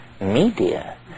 media